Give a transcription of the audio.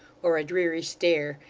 or a dreary stare,